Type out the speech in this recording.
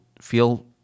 feel